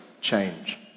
change